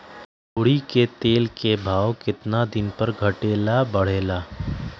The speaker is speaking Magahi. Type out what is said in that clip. तोरी के तेल के भाव केतना दिन पर घटे ला बढ़े ला?